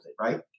right